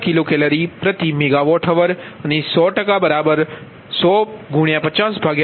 6 MkcalMWhr અને 100 Pg1001005050 MWછે